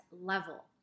level